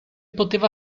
poteva